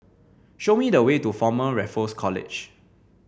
show me the way to Former Raffles College